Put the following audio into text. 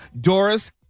Doris